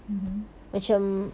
mmhmm